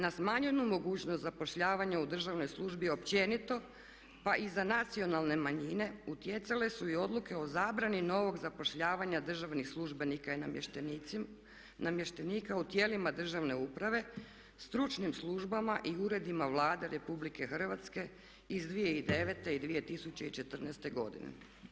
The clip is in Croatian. Na smanjenu mogućnost zapošljavanja u državnoj službi općenito pa i za nacionalne manjine utjecale su i odluke o zabrani novog zapošljavanja državnih službenika i namještenika u tijelima državne uprave, stručnim službama i uredima Vlade RH iz 2009. i 2014. godine.